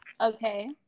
Okay